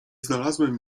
znalazłem